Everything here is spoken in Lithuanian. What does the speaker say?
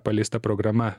paleista programa